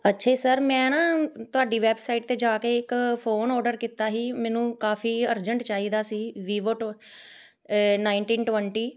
ਅੱਛਾ ਜੀ ਸਰ ਮੈਂ ਨਾ ਤੁਹਾਡੀ ਵੈਬਸਾਈਟ 'ਤੇ ਜਾ ਕੇ ਇੱਕ ਫੋਨ ਔਡਰ ਕੀਤਾ ਸੀ ਮੈਨੂੰ ਕਾਫ਼ੀ ਅਰਜੈਂਟ ਚਾਹੀਦਾ ਸੀ ਵੀਵੋ ਟ ਨਾਈਨਟੀਨ ਟਵੰਟੀ